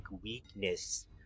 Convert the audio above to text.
weakness